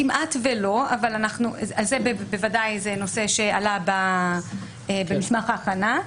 כמעט ולא, אבל בוודאי זה נושא שעלה במסמך ההכנה.